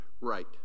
right